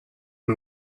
and